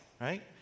right